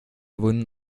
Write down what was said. wunden